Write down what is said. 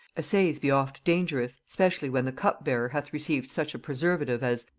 essays be oft dangerous, specially when the cup-bearer hath received such a preservative as,